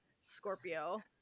Scorpio